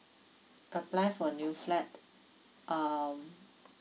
apply for new flat um